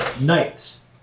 knights